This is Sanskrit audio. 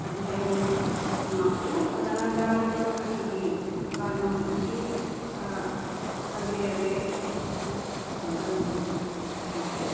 अध्ययनं समाप्य तदनन्तरं कृतिः वर्णम् इति अग्रे अग्रे गन्तु शक्यते